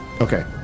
Okay